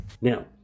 Now